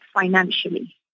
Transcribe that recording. financially